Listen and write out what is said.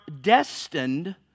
destined